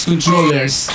Controllers